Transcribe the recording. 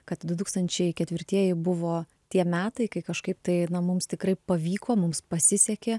kad du tūkstančiai ketvirtieji buvo tie metai kai kažkaip tai na mums tikrai pavyko mums pasisekė